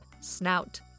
snout